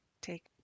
take